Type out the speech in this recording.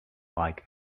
like